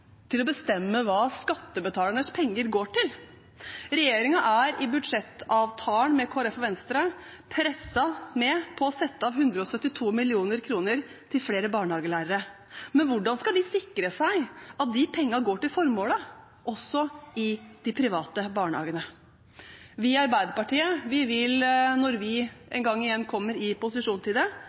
til å bestemme hva skattebetalernes penger går til. Regjeringen er – i budsjettavtalen med Kristelig Folkeparti og Venstre – presset med på å sette av 172 mill. kr til flere barnehagelærere, men hvordan skal de sikre seg at de pengene går til formålet, også i de private barnehagene? Vi i Arbeiderpartiet vil, når vi en gang igjen kommer i